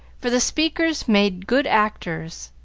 for the speakers made good actors,